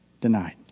denied